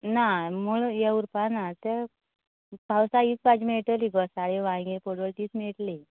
ना मुळो ये उरपां ना ते पावसाक हीच भाजी मेळटली गोसाळीं वांगे पडवळ तिंच मेळटली